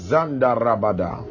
Zandarabada